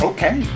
Okay